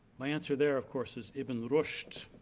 my answer there of course is ibn rushd,